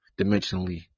dimensionally